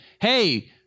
hey